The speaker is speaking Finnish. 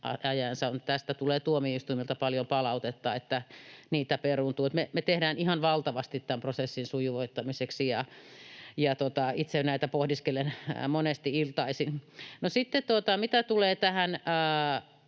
on. Tästä tulee tuomioistuimilta paljon palautetta, että niitä peruuntuu. Me tehdään ihan valtavasti tämän prosessin sujuvoittamiseksi, ja itse näitä pohdiskelen monesti iltaisin. No, sitten mitä tulee näihin